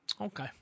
Okay